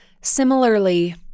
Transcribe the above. similarly